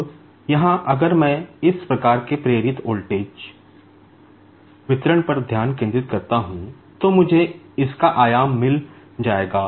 अब यहाँ अगर मैं इस प्रकार के प्रेरित वोल्टेज वितरण पर ध्यान केंद्रित करता हूँ तो मुझे इसका आयाम मिल जाएगा